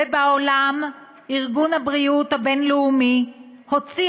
ובעולם, ארגון הבריאות הבין-לאומי הוציא